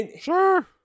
Sure